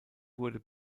wurde